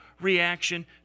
reaction